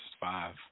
five